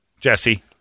Jesse